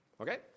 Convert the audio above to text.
Okay